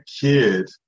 kid